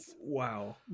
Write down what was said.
Wow